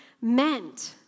meant